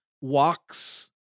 walks